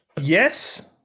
Yes